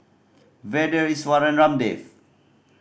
Vedre Iswaran Ramdev